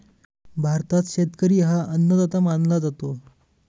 भारतात शेतकरी हा अन्नदाता मानला जातो